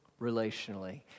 relationally